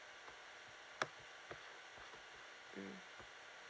mm